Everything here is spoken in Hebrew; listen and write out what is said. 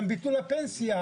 גם ביטול הפנסיה,